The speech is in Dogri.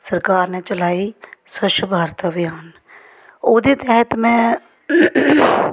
सरकार ने चलाई स्वच्छ भारत अभियान ओह्दे तैह्त में